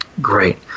Great